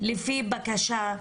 לפי בקשה.